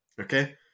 okay